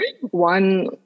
one